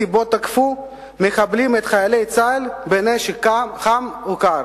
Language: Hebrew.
שבו תקפו מחבלים את חיילי צה"ל בנשק חם וקר.